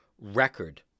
record